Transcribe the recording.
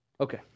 Okay